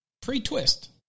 Pre-twist